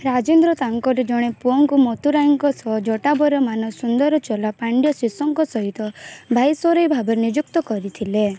ରାଜେନ୍ଦ୍ର ତାଙ୍କର ପୁଅଙ୍କୁ ମଦୁରାଇଙ୍କ ସହ ଜଟାବରମାନ ସୁନ୍ଦର ଚୋଲାପାଣ୍ଡ୍ୟା ଶୀର୍ଷକ ସହିତ ଭାଇସରୟ ଭାବରେ ନିଯୁକ୍ତ କରିଥିଲେ